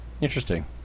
Interesting